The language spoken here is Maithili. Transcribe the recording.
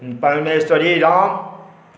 परमेश्वरी राम